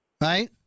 Right